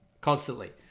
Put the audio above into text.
constantly